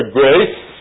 grace